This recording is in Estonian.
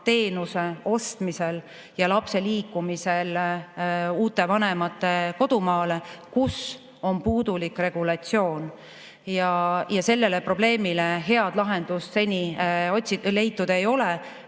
teenuse ostmisel ja lapse liikumisel uute vanemate kodumaale, kus on puudulik regulatsioon. Sellele probleemile head lahendust seni leitud ei ole.